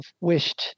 wished